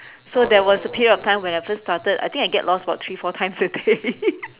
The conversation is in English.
so there was a period of time when I first started I think I get lost for three four times a day